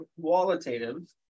qualitative